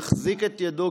יחזיק את ידו,